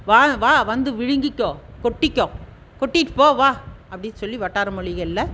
வா வா வந்து விழுங்கிக்கோ கொட்டிக்கோ கொட்டிகிட்டு போ வா அப்படி சொல்லி வட்டார மொழிகளில்